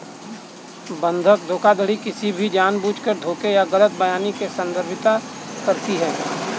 बंधक धोखाधड़ी किसी भी जानबूझकर धोखे या गलत बयानी को संदर्भित करती है